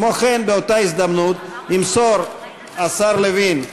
כמו כן, באותה הזדמנות, ימסור השר לוין,